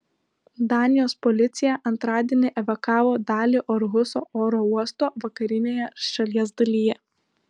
danijos policija antradienį evakavo dalį orhuso oro uosto vakarinėje šalies dalyje